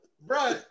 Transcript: Bro